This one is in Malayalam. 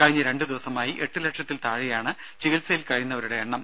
കഴിഞ്ഞ രണ്ടുദിവസമായി എട്ടുലക്ഷത്തിൽ താഴെയാണ് ചികിത്സയിൽ കഴിയുന്നവരുടെ എണ്ണം